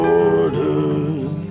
orders